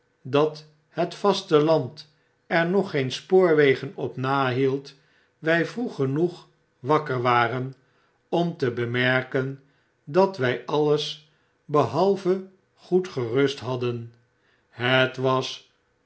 dat het vasteland er nog geen spoorwegen op nahield wy vroeggenoeg wakker waren om te bemerken dat wy alles behalve goed gerust hadden het was